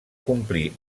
complir